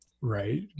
Right